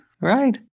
right